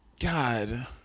God